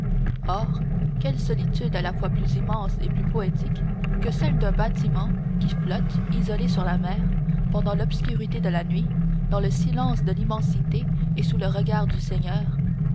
quelle solitude à la fois plus immense et plus poétique que celle d'un bâtiment qui flotte isolé sur la mer pendant l'obscurité de la nuit dans le silence de l'immensité et sous le regard du seigneur